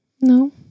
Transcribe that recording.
No